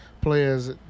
players